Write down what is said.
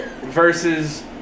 Versus